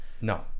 No